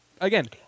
again